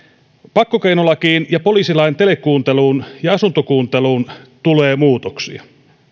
pakkokeinolakiin ja poliisilain telekuunteluun ja asuntokuunteluun tulee muutoksia